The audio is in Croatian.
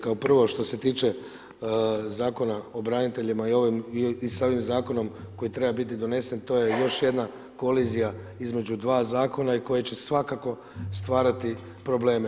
Kao prvo, što se tiče Zakona o braniteljima i s ovim zakonom koji treba biti donesen, to je još jedna kolizija između dva Zakona i koja će svakako stvarati probleme.